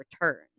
return